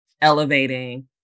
elevating